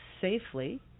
safely